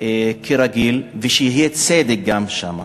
כרגיל ושיהיה גם צדק שם,